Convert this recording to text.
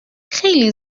خیلی